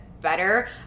better